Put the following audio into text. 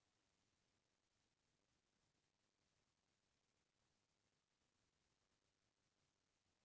दुनिया भर के सबो देस के बीस परतिसत दूद ह भारत म होथे